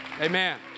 Amen